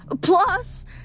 Plus